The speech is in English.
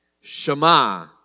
Shema